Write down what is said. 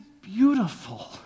beautiful